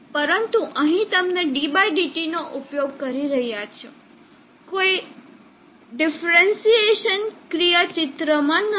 પરંતુ અહીં અમે ddt નો ઉપયોગ કરી રહ્યાં છીએ કોઈ ડીફરેન્સીએસન ક્રિયા ચિત્રમાં નથી